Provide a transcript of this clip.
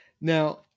Now